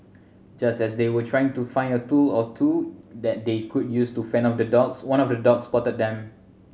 just as they were trying to find a tool or two that they could use to fend off the dogs one of the dogs spotted them